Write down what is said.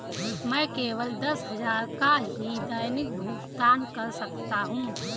मैं केवल दस हजार का ही दैनिक भुगतान कर सकता हूँ